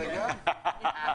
תעשיית כחול לבן.